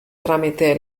tramite